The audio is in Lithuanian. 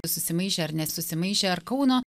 susimaišė ar nesusimaišė ar kauno